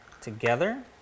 together